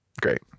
Great